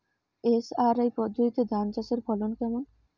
SRI পদ্ধতিতে ধান চাষের ফলন কেমন?